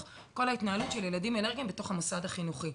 וכל ההתנהלות של ילדים אלרגיים בתוך המוסד החינוכי.